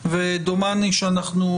ודומני שאנחנו,